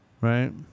Right